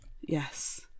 Yes